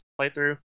playthrough